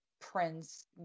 Prince